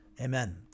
amen